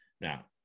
Now